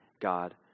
God